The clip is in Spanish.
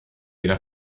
irá